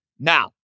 Now